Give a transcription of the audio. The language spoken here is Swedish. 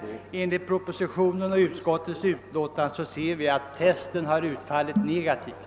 Av propositionen och utskottets utlåtande framgår att testet har utfallit negativt.